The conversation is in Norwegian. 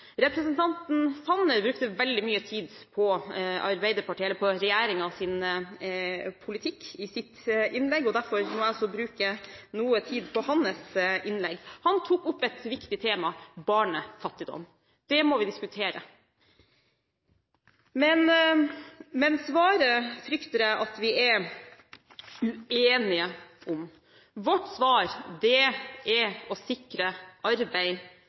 Representanten Sanner brukte veldig mye tid på regjeringens politikk i sitt innlegg, og derfor må jeg også bruke noe tid på hans innlegg. Han tok opp et viktig tema: barnefattigdom. Det må vi diskutere. Men svaret frykter jeg at vi er uenige om. Vårt svar er å sikre arbeid